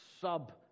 sub